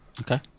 okay